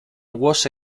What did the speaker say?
was